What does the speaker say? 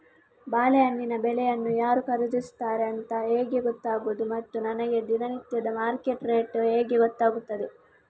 ಬಾಳೆಹಣ್ಣಿನ ಬೆಳೆಯನ್ನು ಯಾರು ಖರೀದಿಸುತ್ತಾರೆ ಅಂತ ಹೇಗೆ ಗೊತ್ತಾಗುವುದು ಮತ್ತು ನನಗೆ ದಿನನಿತ್ಯದ ಮಾರ್ಕೆಟ್ ರೇಟ್ ಹೇಗೆ ಗೊತ್ತಾಗುತ್ತದೆ?